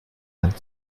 hand